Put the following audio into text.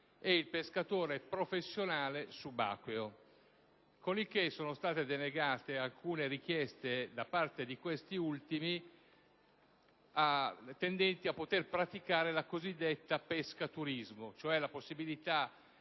e il pescatore professionale subacqueo, per cui sono state denegate alcune richieste da parte di questi ultimi tendenti a poter praticare la cosiddetta pesca turismo, cioè la possibilità